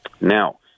Now